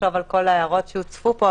ונחשוב על כל ההערות שהוצפו פה,